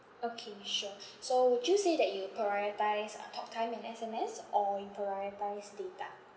okay sure so would you say that you prioritise uh talktime and S_M_S or you prioritise data